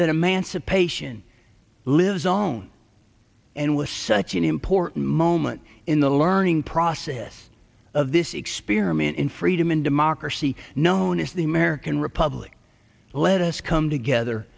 that emancipation live zone and was such an important moment in the learning process of this experiment in freedom and democracy known as the american republic let us come together